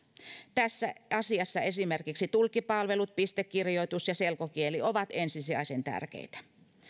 tässä asiassa esimerkiksi tulkkipalvelut pistekirjoitus ja selkokieli ovat ensisijaisen tärkeitä